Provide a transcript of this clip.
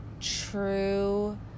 true